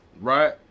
right